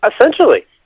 Essentially